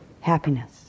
Happiness